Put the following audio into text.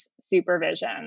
supervision